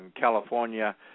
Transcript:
California